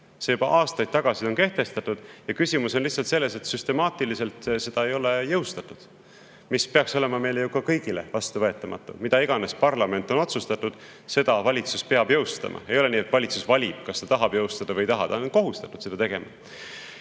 on juba aastaid tagasi kehtestatud ja küsimus on lihtsalt selles, et süstemaatiliselt ei ole seda jõustatud. See peaks olema meile kõigile vastuvõetamatu. Mida iganes parlament on otsustanud, selle valitsus peab jõustama. Ei ole nii, et valitsus valib, kas ta tahab jõustada või ei taha, ta on kohustatud seda tegema.